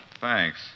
Thanks